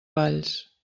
valls